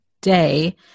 day